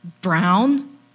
brown